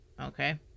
okay